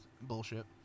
bullshit